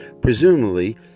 presumably